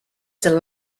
the